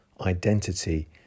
identity